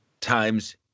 times